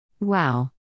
Wow